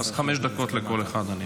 חמש דקות לכל אחד.